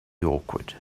awkward